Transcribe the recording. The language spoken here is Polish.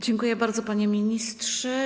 Dziękuję bardzo, panie ministrze.